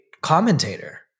commentator